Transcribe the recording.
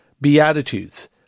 Beatitudes